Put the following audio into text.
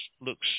looks